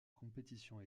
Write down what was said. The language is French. compétition